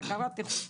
בקרת איכות.